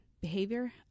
behavior